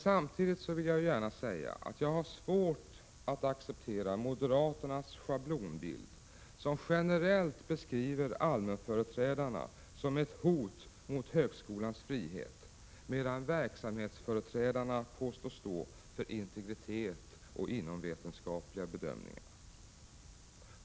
Samtidigt vill jag gärna säga att jag har svårt att acceptera moderaternas schablonbild, som generellt beskriver allmänföreträdarna som ett hot mot högskolans frihet, medan verksamhetsföreträdarna påstås stå för integritet och inomvetenskapliga bedömningar.